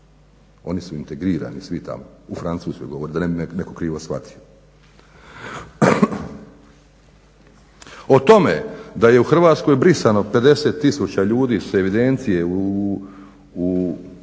oni su integrirani svi tamo. U Francuskoj govorim da ne bi netko krivo shvatio. O tome da je u Hrvatskoj brisano 50 tisuća ljudi s evidencije u razmaku